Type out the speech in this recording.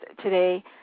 today